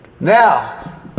Now